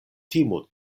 timu